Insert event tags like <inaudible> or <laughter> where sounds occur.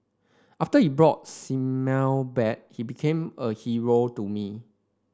after he brought <unintelligible> back he became a hero to me